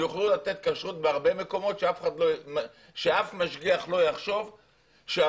כך שיוכלו לתת כשרות שאף משגיח לא יחשוב שהמושגח